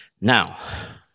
now